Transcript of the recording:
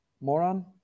moron